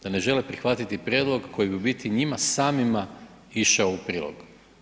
Da ne žele prihvatiti prijedlog koji bi u biti njima samima išao u prilog.